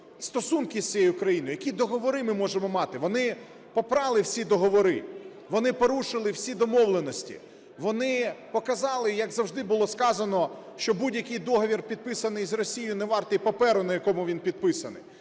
стосунки з цією країною? Які договори ми можемо мати? Вони попрали всі договори. Вони порушили всі домовленості. Вони показали, як завжди було сказано, що будь-який договір, підписаний з Росією, не вартий паперу, на якому він підписаний,